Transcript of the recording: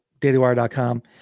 DailyWire.com